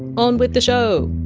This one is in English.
on with the show